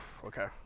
Okay